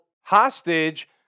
hostage